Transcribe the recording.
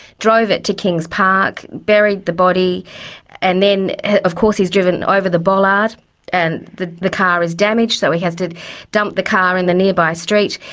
drove it to kings park, buried the body and then of course he's driven over the bollard and the the car is damaged, so he has to dump the car in the nearby street,